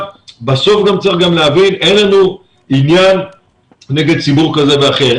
צריך להבין שאין לנו עניין נגד ציבור הזה או אחר.